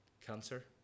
cancer